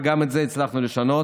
וגם את זה הצלחנו לשנות,